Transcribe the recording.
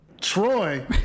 Troy